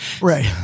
Right